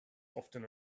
often